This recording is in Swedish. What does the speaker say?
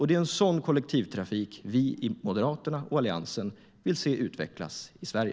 Det är en sådan kollektivtrafik vi i Moderaterna och i Alliansen vill se utvecklas i Sverige.